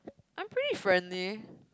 I'm pretty friendly